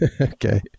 Okay